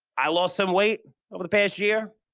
i lost some weight over the past year,